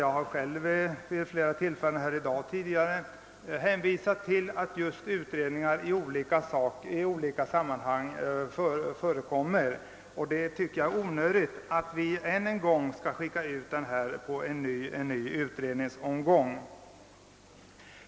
Jag har själv vid flera tillfällen i dag hänvisat till just att utredningar förekommer i olika sammanhang. Jag tycker det är onödigt att vi än en gång skickar ut dessa frågor för utredning.